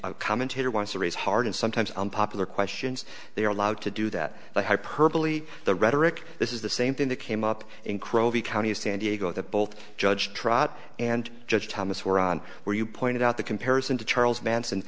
a commentator wants to raise hard and sometimes unpopular questions they are allowed to do that but hyperbole the rhetoric this is the same thing that came up in crow the county of san diego that both judge trot and judge thomas were on where you pointed out the comparison to charles manson